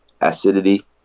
acidity